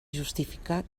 justificar